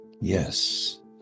Yes